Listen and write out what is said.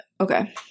Okay